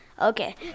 okay